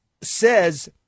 says